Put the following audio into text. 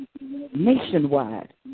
nationwide